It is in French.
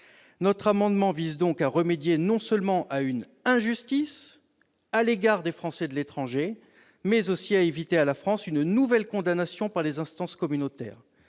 Notre amendement vise donc non seulement à remédier à une injustice à l'égard des Français de l'étranger, mais aussi à épargner à la France une nouvelle condamnation par les instances communautaires.